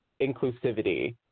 inclusivity